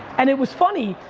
and it was funny,